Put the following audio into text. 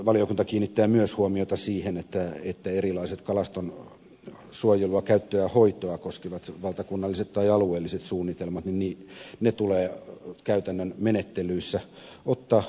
valiokunta kiinnittää huomiota myös siihen että erilaiset kalaston suojelua käyttöä ja hoitoa koskevat valtakunnalliset tai alueelliset suunnitelmat tulee käytännön menettelyssä mutta